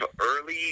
early